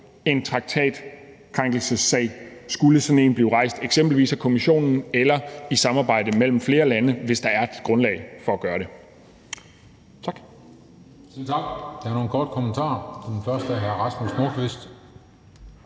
en traktatkrænkelsessag, skulle sådan en blive rejst eksempelvis af Kommissionen eller i et samarbejde mellem flere lande, hvis der er et grundlag for at gøre det? Tak.